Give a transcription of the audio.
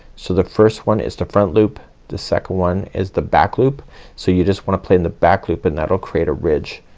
so the first one is the front loop the second one is the back loop so you just wanna play in the back loop and that will create a ridge.